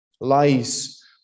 Lies